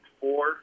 four